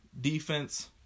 defense